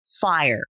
fire